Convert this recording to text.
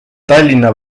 tallinna